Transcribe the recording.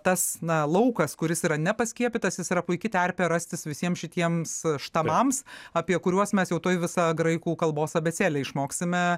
tas na laukas kuris yra nepaskiepytas jis yra puiki terpė rastis visiems šitiems štamams apie kuriuos mes jau tuoj visą graikų kalbos abėcėlę išmoksime